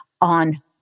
on